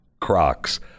Crocs